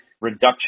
reduction